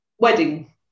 wedding